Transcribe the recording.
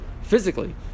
physically